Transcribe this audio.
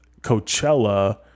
coachella